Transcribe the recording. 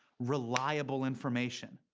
reliable information?